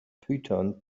python